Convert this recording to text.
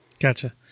Gotcha